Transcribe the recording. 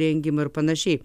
rengimą ir panašiai